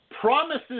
promises